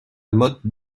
motte